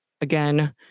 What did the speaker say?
again